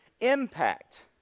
impact